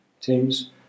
teams